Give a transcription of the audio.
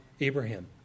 Abraham